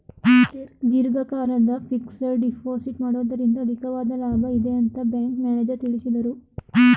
ದೀರ್ಘಕಾಲದ fixed deposit ಮಾಡುವುದರಿಂದ ಅಧಿಕವಾದ ಲಾಭ ಇದೆ ಅಂತ ಬ್ಯಾಂಕ್ ಮ್ಯಾನೇಜರ್ ತಿಳಿಸಿದರು